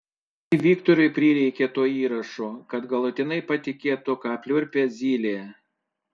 tai viktorui prireikė to įrašo kad galutinai patikėtų ką pliurpia zylė